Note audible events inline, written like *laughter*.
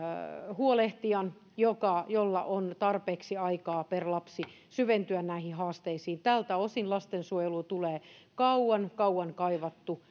huolehtijan jolla on tarpeeksi aikaa per lapsi syventyä näihin haasteisiin tältä osin lastensuojeluun tulee kauan kauan kaivattu *unintelligible*